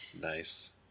Nice